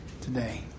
today